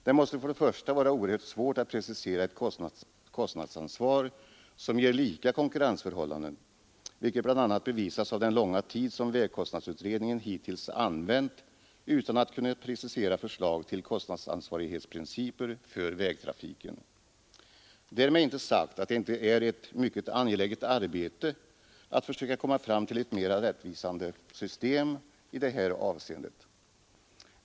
Det måste först och främst vara oerhört svårt att precisera ett kostnadsansvar, som ger lika konkurrensförhållanden, vilket bl.a. bevisas av den långa tid som vägkostnadsutredningen hittills använt utan att kunna precisera förslag till kostnadsansvarighetsprinciper för vägtrafiken. Därmed är inte sagt att det inte är ett mycket angeläget arbete att försöka komma fram till ett mera rättvisande system i det här avseendet.